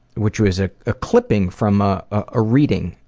which was ah a clipping from ah a reading.